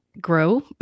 grow